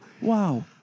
Wow